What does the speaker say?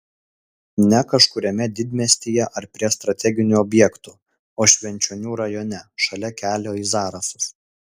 ne kažkuriame didmiestyje ar prie strateginių objektų o švenčionių rajone šalia kelio į zarasus